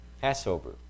Passover